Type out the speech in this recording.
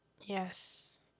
yes